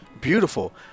Beautiful